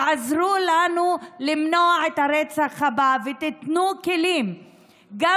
תעזרו לנו למנוע את הרצח ותיתנו כלים גם